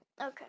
okay